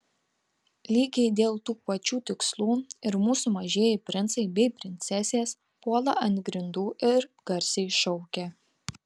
lygiai dėl tų pačių tikslų ir mūsų mažieji princai bei princesės puola ant grindų ir garsiai šaukia